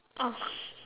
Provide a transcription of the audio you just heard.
oh